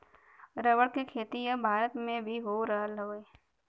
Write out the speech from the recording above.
rubber के खेती अब भारत में भी हो रहल हउवे